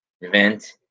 event